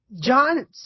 John